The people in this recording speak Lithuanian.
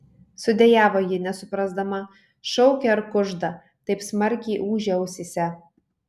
sudejavo ji nesuprasdama šaukia ar kužda taip smarkiai ūžė ausyse